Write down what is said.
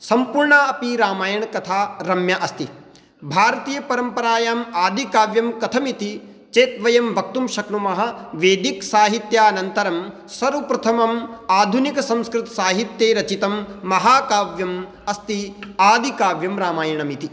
सम्पूर्णा अपि रामायणकथा रम्या अस्ति भारतीयपरम्परायाम् आदिकाव्यं कथमिति चेत् वयं वक्तुं शक्नुमः वैदिकसाहित्यानन्तरं सर्वप्रथमम् आधुनिकसंस्कृतसाहित्ये रचितं महाकाव्यम् अस्ति आदिकाव्यं रामायणमिति